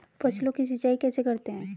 फसलों की सिंचाई कैसे करते हैं?